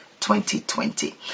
2020